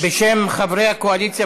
בשם חברי הקואליציה,